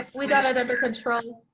like we've got it under control.